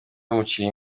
mukinnyi